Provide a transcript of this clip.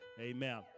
Amen